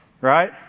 Right